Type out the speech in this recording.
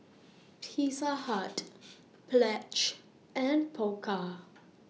Pizza Hut Pledge and Pokka